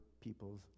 people's